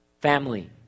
family